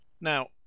Now